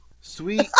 sweet